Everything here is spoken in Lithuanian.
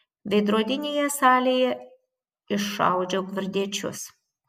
veidrodinėje salėje iššaudžiau gvardiečius